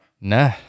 Nah